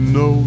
no